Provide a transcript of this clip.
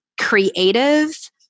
creative